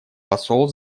посол